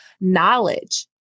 knowledge